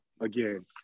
again